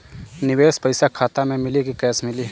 निवेश पइसा खाता में मिली कि कैश मिली?